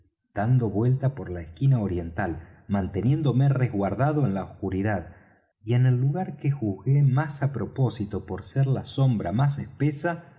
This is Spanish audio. dando vuelta por la esquina oriental manteniéndome resguardado en la oscuridad y en el lugar que juzgué más á propósito por ser la sombra más espesa